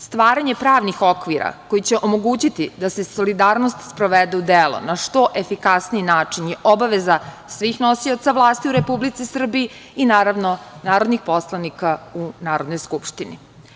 Stvaranje pravnih okvira koji će omogućiti da se solidarnost sprovede u delo na što efikasniji način je obaveza svih nosioca vlasti u Republici Srbiji i, naravno, narodnih poslanika u Narodnoj skupštini.